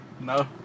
No